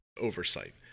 oversight